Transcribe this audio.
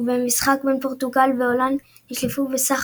ובמשחק בין פורטוגל והולנד נשלפו בסך